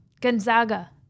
Gonzaga